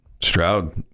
Stroud